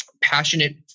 passionate